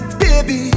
baby